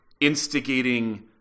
instigating